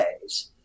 days